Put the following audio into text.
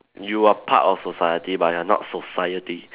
you are part of society but you are not society